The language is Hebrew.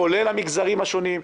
כולל המגזרים השונים,